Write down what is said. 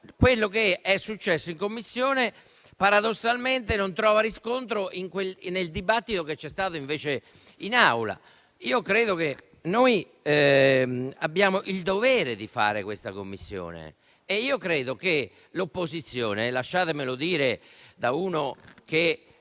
quello che è successo in Commissione paradossalmente non trova riscontro nel dibattito che si è svolto invece in Aula. Credo che noi abbiamo il dovere di fare questa Commissione. Colleghi dell'opposizione, lasciatevi dire quanto segue